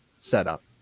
setup